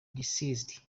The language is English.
deceased